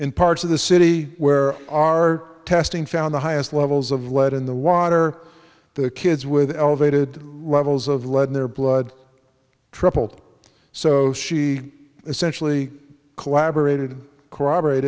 in parts of the city where our testing found the highest levels of lead in the water the kids with elevated levels of lead in their blood tripled so she essentially collaborated corroborate